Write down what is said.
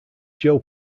joe